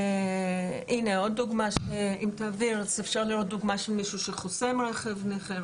הנה עוד דוגמא של מישהו שחוסם רכב נכה,